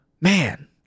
man